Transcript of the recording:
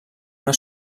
una